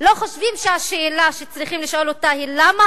לא חושבים שהשאלה שצריכים לשאול אותה היא: למה